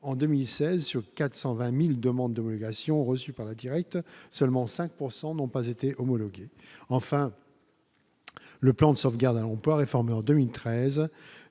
en 2016 sur 420000 demandes d'homologation reçus par la Direct, seulement 5 pourcent n'ont pas été homologuées enfin le plan de sauvegarde un emploi réformer en 2013,